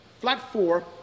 flat-four